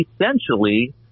essentially